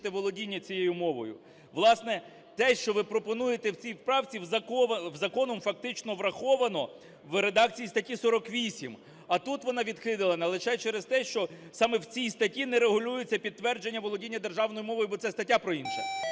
володіння цією мовою. Власне, те, що ви пропонуєте в цій правці, законом фактично враховано у редакції статті 48, а тут вона відхилена лише через те, що саме в цій статті не регулюється підтвердження володіння державною мовою, бо це стаття про інше,